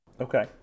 Okay